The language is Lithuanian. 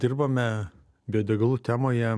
dirbame biodegalų temoje